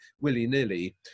willy-nilly